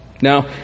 Now